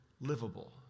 livable